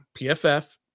PFF